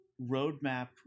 roadmap